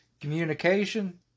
communication